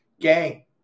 gang